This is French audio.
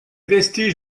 vestiges